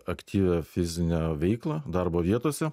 aktyvią fizinę veiklą darbo vietose